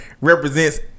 represents